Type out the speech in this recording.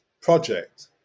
project